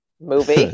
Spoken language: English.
movie